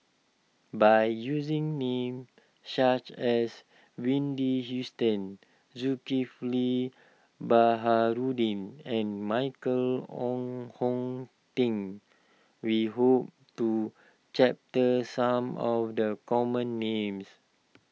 by using names such as Wendy Hustton Zulkifli Baharudin and Michael Wong Hong Teng we hope to chapter some of the common names